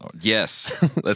Yes